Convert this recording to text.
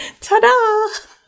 Ta-da